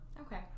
Okay